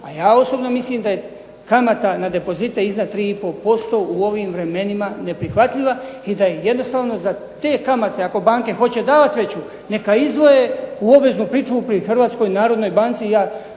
A ja osobno mislim da je kamata na depozite iznad 3,5% u ovim vremenima neprihvatljiva i da je jednostavno za te kamate ako banke hoće davat veću onda izdvoje u obveznu pričuvu pri Hrvatskoj narodnoj banci.